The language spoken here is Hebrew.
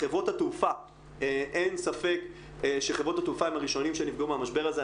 חברות התעופה - אין ספק שחברות התעופה הם הראשונים שנפגעו מהמשבר הזה.